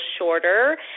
shorter